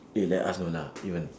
eh like us you know lah even